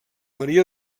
maria